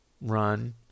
run